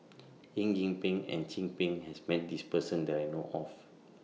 Eng Yee Peng and Chin Peng has Met This Person that I know of